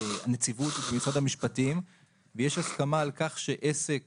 בנציבות במשרד המשפטים ויש הסכמה על כך שעסק